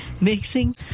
Mixing